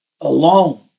alone